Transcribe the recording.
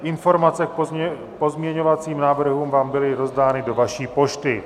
Informace k pozměňovacím návrhům vám byly rozdány do vaší pošty.